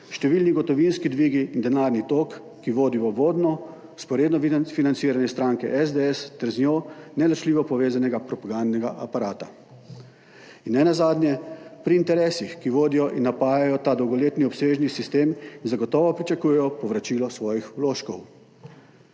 številni gotovinski dvigi in denarni tok, ki vodi v obvodno vzporedno financiranje stranke SDS ter z njo neločljivo povezanega propagandnega aparata, in nenazadnje pri interesih, ki vodijo in napajajo ta dolgoletni obsežni sistem, ki zagotovo pričakuje povračilo svojih vložkov.